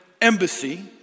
embassy